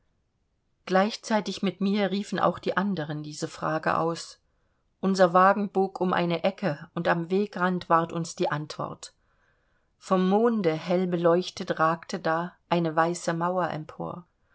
gleichzeitig mit mir riefen auch die anderen diese frage aus unser wagen bog um eine ecke und am wegrand ward uns die antwort vom monde hell beleuchtet ragte da eine weiße mauer empor